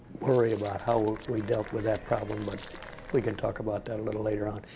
worry about how we dealt with that problem, but we can talk about that a little later on.